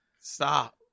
stop